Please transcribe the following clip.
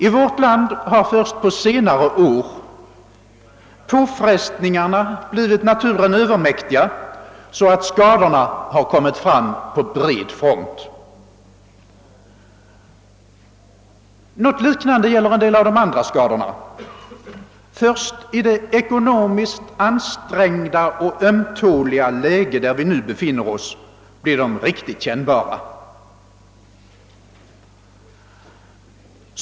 I vårt land har först på senare år påfrestningarna blivit naturen övermäktiga så att skadorna börjat visa sig på bred front. Någonting liknande gäller en del av de andra skadorna. Först i det ekonomiskt ansträngda och ömtåliga läge där vi nu befinner oss blir de riktigt kännbara.